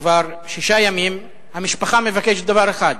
כבר שישה ימים, המשפחה מבקשת דבר אחד,